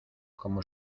como